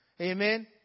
Amen